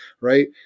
right